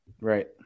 Right